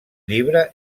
llibre